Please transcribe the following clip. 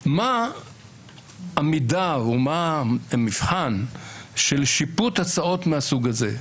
מה המידה או מה המבחן של שיפוט הצעות מהסוג הזה?